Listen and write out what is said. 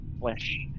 flesh